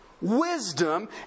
wisdom